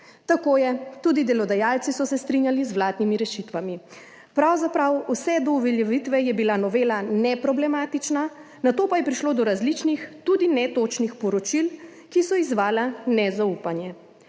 Tako je, tudi delodajalci so se strinjali z vladnimi rešitvami. Pravzaprav vse do uveljavitve je bila novela neproblematična, nato pa je prišlo do različnih, tudi netočnih poročil, ki so izzvala nezaupanje.